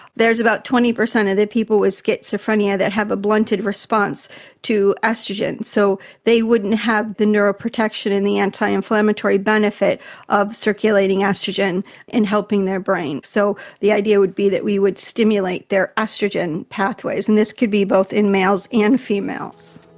there's about twenty percent of the people with schizophrenia that have a blunted response to ah oestrogen. so they wouldn't have the neural protection and the anti-inflammatory benefit of circulating oestrogen in helping their brain. so the idea would be that we would stimulate their oestrogen pathways, and this could be both in males and females.